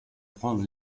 prendre